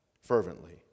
fervently